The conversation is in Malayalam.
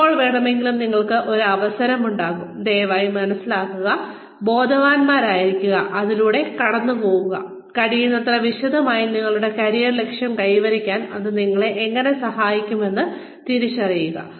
എപ്പോൾ വേണമെങ്കിലും നിങ്ങൾക്ക് ഒരു അവസരമുണ്ടാകും ദയവായി മനസിലാക്കുക ദയവായി ബോധവാനായിരിക്കുക ദയവായി അതിലൂടെ കടന്നുപോകുക കഴിയുന്നത്ര വിശദമായി നിങ്ങളുടെ കരിയർ ലക്ഷ്യം കൈവരിക്കാൻ ഇത് നിങ്ങളെ എങ്ങനെ സഹായിക്കുമെന്ന് തിരിച്ചറിയുക